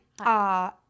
Hi